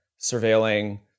surveilling